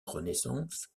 renaissance